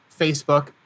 Facebook